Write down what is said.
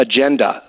agenda